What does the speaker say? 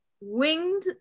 Winged